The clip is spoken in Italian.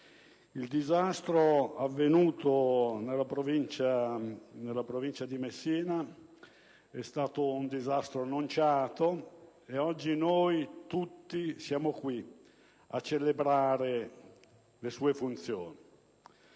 Quello avvenuto nella provincia di Messina è stato un disastro annunciato e oggi noi tutti siamo qui a celebrare le sue funzioni.